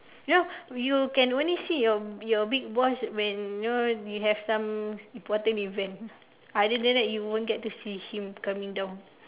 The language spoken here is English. you know you can only see your your big boss when you know you have some important event other than that you won't get to see him coming down